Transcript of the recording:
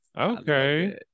Okay